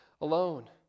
alone